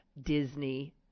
Disney